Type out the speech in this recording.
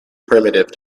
primitive